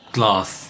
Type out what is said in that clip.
glass